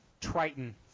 Triton